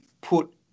put